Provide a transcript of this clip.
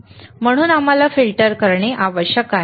म्हणून आम्हाला फिल्टर करणे आवश्यक आहे